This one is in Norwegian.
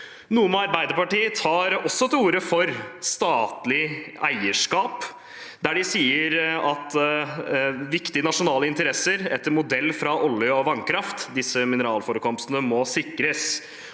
Nome Arbeiderparti tar også til orde for statlig eierskap og sier at viktige nasjonale interesser må sikres etter modell fra olje og vannkraft. Disse mineralforekomstene må sikres.